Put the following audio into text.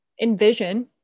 envision